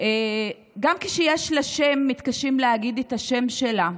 גם כשיש לה שם, מתקשים להגיד את השם שלה,